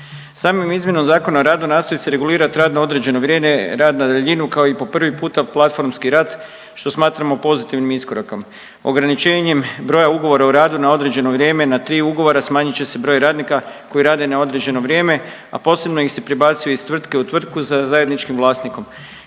Samom izmjenom Zakona o radu nastoji se regulirati rad na određeno vrijeme, rad na daljinu kao i po prvi puta platformski rad što smatramo pozitivnim iskorakom. Ograničenjem ugovora o radu na određeno vrijeme na tri ugovora smanjit će se broj radnika koji rade na određeno vrijeme, a posebno ih se prebacuje iz tvrtke u tvrtku za zajedničkim vlasnikom,